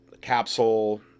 capsule